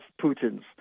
Putin's